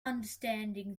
understanding